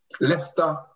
Leicester